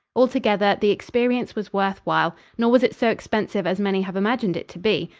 altogether, the experience was worth while nor was it so expensive as many have imagined it to be.